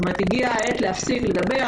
כלומר הגיעה העת להפסיק לדבר.